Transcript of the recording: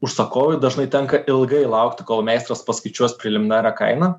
užsakovui dažnai tenka ilgai laukti kol meistras paskaičiuos preliminarią kainą